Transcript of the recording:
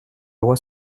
loi